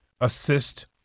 assist